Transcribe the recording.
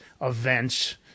events